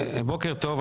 בוקר טוב,